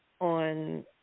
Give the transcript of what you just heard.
on